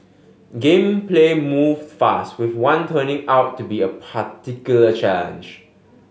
game play moved fast with one turning out to be a particular challenge